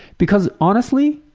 because honestly,